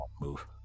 move